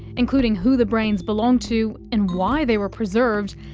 including who the brains belonged to, and why they were preserved.